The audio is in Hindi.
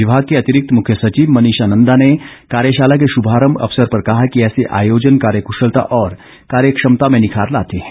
विभाग के अतिरिक्त मुख्य सचिव मनीषा नंदा ने कार्यशाला के शुभारंभ अवसर पर कहा कि ऐसे आयोजन कार्यक्शलता और कार्य क्षमता में निखार लाते हैं